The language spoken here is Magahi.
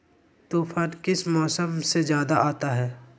तूफ़ान किस मौसम में ज्यादा आता है?